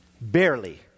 Barely